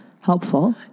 helpful